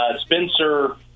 Spencer